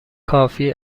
کافی